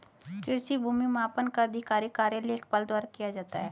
कृषि भूमि मापन का आधिकारिक कार्य लेखपाल द्वारा किया जाता है